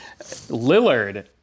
lillard